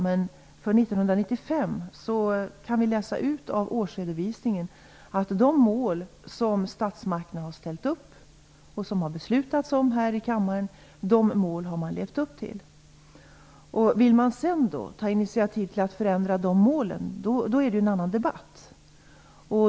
Men för 1995 kan vi läsa ut av årsredovisningen att de mål som statsmakterna har ställt upp och som har beslutats om här i kammaren har man levt upp till. Vill man sedan ta initiativ till att förändra de målen är det en annan debatt.